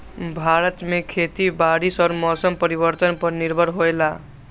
भारत में खेती बारिश और मौसम परिवर्तन पर निर्भर होयला